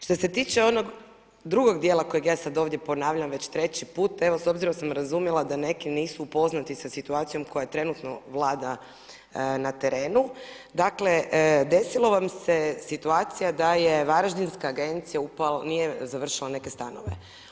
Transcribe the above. Što se tiče onog drugo dijela kojeg ja sad ovdje ponavljam već treći put, evo s obzirom da sam razumjela da neki nisu upoznati sa situacijom koja trenutno vlada na terenu, dakle, desila vam se situacija da je varaždinska agencija ... [[Govornik se ne razumije]] nije završila neke stanove.